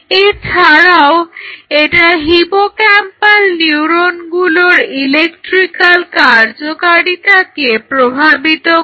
এছাড়াও এটা হিপোক্যাম্পাল নিউরনগুলোর ইলেকট্রিক্যাল কার্যকারিতাকে প্রভাবিত করে